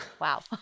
Wow